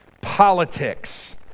Politics